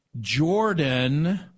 Jordan